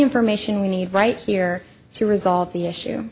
information we need right here to resolve the issue